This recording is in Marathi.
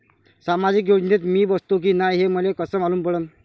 सामाजिक योजनेत मी बसतो की नाय हे मले कस मालूम पडन?